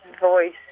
voice